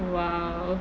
!wow!